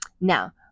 Now